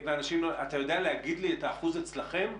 אתה יודע להגיד לי את האחוז אצלכם?